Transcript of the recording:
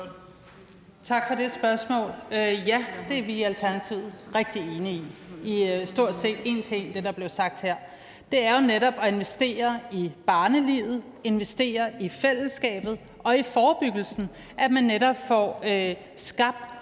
Tak for det spørgsmål. Ja, det er vi i Alternativet meget enige i – i stort set en til en til det, der blev sagt her. Det er jo netop at investere i barnelivet, investere i fællesskabet og i forebyggelsen, altså at man netop får skabt